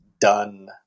done